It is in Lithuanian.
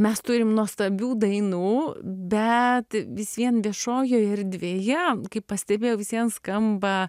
mes turim nuostabių dainų bet vis vien viešojoj erdvėje kaip pastebėjau vis vien skamba